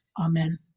Amen